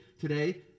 today